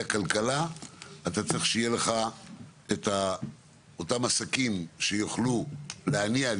כלכלה אתה צריך שיהיו לך את אותם עסקים שיוכלו להניע את